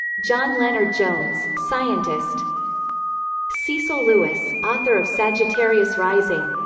john lennard-jones, scientist cecil lewis, author of sagittarius rising